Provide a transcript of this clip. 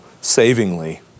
savingly